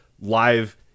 live